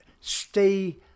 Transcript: stay